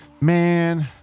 man